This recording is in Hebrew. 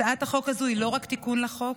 הצעת החוק הזו היא לא רק תיקון לחוק,